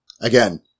Again